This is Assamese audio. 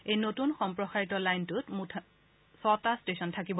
এই নতুন সম্প্ৰসাৰিত লাইনটোত মুঠ ছটা ষ্টেচন থাকিব